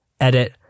Edit